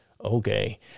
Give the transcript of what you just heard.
okay